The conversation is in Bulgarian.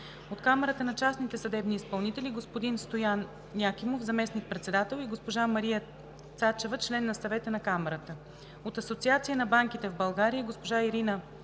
от Камарата на частните съдебни изпълнители – господин Стоян Якимов – заместник-председател, и госпожа Мария Цачева – член на Съвета на камарата; от Асоциация на банките в България – госпожа Ирина Марцева